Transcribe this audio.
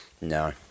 No